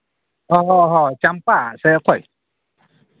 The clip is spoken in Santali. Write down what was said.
ᱦᱚᱸ ᱦᱚᱸ ᱪᱟᱢᱯᱟ ᱥᱮ ᱚᱠᱚᱭ